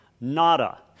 Nada